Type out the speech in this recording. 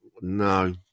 No